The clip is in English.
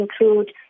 include